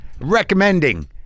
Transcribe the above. recommending